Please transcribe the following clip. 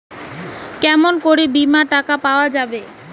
কেমন করি বীমার টাকা পাওয়া যাবে?